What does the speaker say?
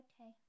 okay